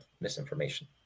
misinformation